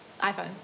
iPhones